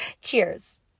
Cheers